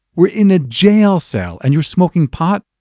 we're in a jail cell and you're smoking pot?